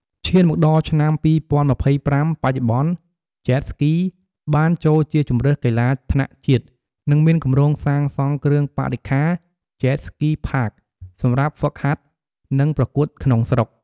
ឈានមកដល់ឆ្នាំ ២០២៥បច្ចុប្បន្ន Jet Ski បានចូលជាជម្រើសកីឡាថ្នាក់ជាតិ និងមានគម្រោងសាងសង់គ្រឿងបរិក្ខារ Jet Ski Park សម្រាប់ហ្វឹកហាត់ និងប្រកួតក្នុងស្រុក។